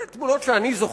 זה תמונות שאני זוכר,